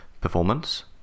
performance